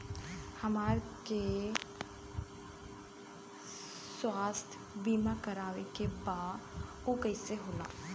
हमरा के स्वास्थ्य बीमा कराए के बा उ कईसे होला?